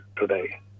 today